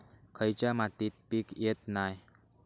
खयच्या मातीत पीक येत नाय?